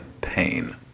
pain